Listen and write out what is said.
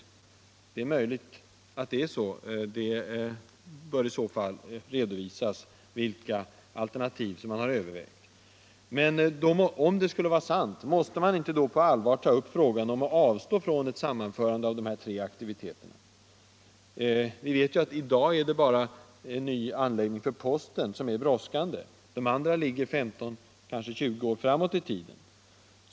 Det är möjligt att det är så. I så fall bör det redovisas vilka alternativ man har övervägt. Men om det skulle vara sant, måste man inte då på allvar ta upp frågan om att avstå från ett sammanförande av de tre aktiviteterna? Vi vet att det i dag bara är en ny anläggning för posten som brådskar. De andra ligger 15 och 20 år framåt i tiden.